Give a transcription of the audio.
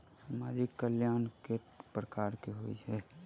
सामाजिक कल्याण केट प्रकार केँ होइ है?